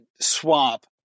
swap